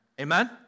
Amen